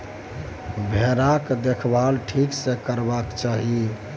भेराक देखभाल ठीक सँ करबाक चाही